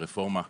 הרפורמה ---.